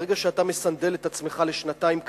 ברגע שאתה מסנדל את עצמך לשנתיים קדימה,